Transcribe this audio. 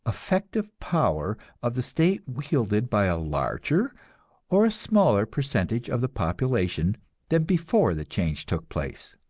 effective power of the state wielded by a larger or a smaller percentage of the population than before the change took place?